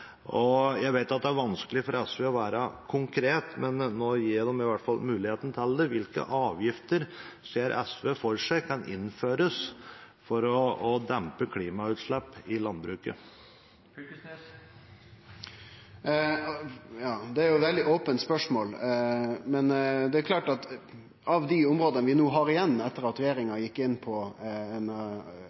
avgifter. Jeg vet at det er vanskelig for SV å være konkret, men nå gir jeg dem i hvert fall muligheten til det. Hvilke avgifter ser SV for seg kan innføres for å dempe klimagassutslipp i landbruket? Det er jo eit veldig ope spørsmål. Men det er klart at av dei områda vi no har igjen, etter at regjeringa gjekk inn på